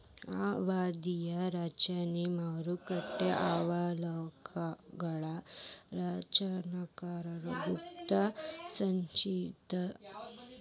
ಅವಧಿಯ ರಚನೆ ಮಾರುಕಟ್ಟೆಯ ಅವಲೋಕನಗಳ ರಚನಾತ್ಮಕ ಗುಂಪನ್ನ ಸೂಚಿಸ್ತಾದ